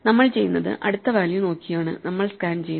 നമ്മൾ ചെയ്യുന്നത് അടുത്ത വാല്യൂ നോക്കിയാണ് നമ്മൾ സ്കാൻ ചെയ്യുന്നത്